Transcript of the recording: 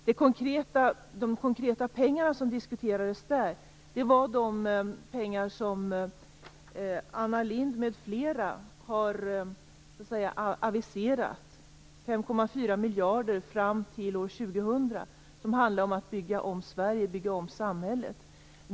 De konkreta pengar som diskuterades var de pengar som Anna Lindh m.fl. har aviserat, 5,4 miljarder kronor, fram till år 2000 och som handlar om att bygga om Sverige, bygga om samhället.